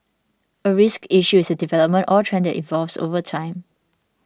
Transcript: a risk issue is a development or trend that evolves over time